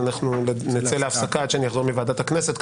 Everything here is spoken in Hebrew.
נצא להפסקה עד שאני אחזור מוועדת הכנסת,